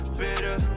bitter